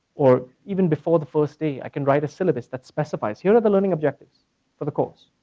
or even before the first day i can write a syllabus that specifies here are the learning objectives for the course.